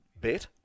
bet